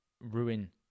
ruin